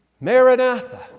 Maranatha